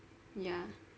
ya